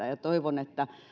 ja ja toivon että